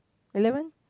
eleven